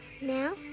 Now